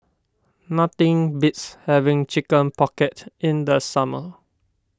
nothing beats having Chicken Pocket in the summer